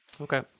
Okay